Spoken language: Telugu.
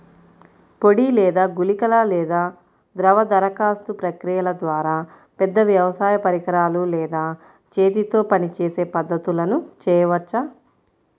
పొడి లేదా గుళికల లేదా ద్రవ దరఖాస్తు ప్రక్రియల ద్వారా, పెద్ద వ్యవసాయ పరికరాలు లేదా చేతితో పనిచేసే పద్ధతులను చేయవచ్చా?